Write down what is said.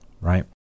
right